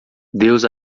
deus